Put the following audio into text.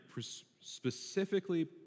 specifically